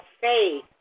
faith